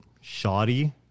shoddy